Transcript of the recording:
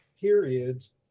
periods